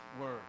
word